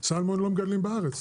סלמון לא מגדלים בארץ,